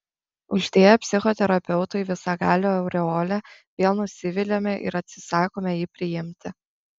uždėję psichoterapeutui visagalio aureolę vėl nusiviliame ir atsisakome jį priimti